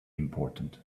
important